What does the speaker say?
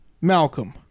Malcolm